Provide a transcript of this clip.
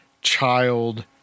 child